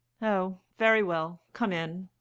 oh, very well. come in.